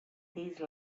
these